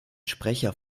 sprecher